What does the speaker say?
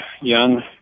young